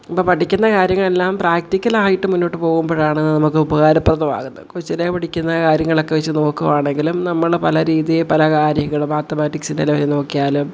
അപ്പം പഠിക്കുന്ന കാര്യങ്ങളെല്ലാം പ്രാക്റ്റിക്കലായിട്ടു മുന്നോട്ടു പോകുമ്പോഴാണ് നമുക്കുപകാരപ്രദമാകുന്നത് കൊച്ചിയിലേ പഠിക്കുന്ന കാര്യങ്ങളൊക്കെ വെച്ചു നോക്കുകയാണെങ്കിലും നമ്മൾ പല രീതിയെ പല കാര്യങ്ങൾ മാത്തമാറ്റിക്സിൻ്റെ ലെവലിൽ നോക്കിയാലും